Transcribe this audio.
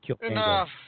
Enough